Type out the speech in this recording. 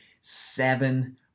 seven